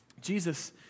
Jesus